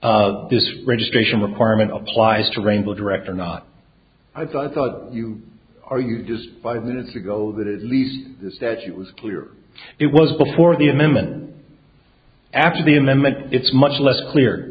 this registration requirement applies to rainbow direct or not i thought i thought you are you just five minutes ago that at least the statute was clear it was before the amendment after the amendment it's much less clear